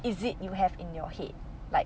is it you have in your head like